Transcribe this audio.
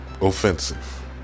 offensive